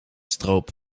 stroop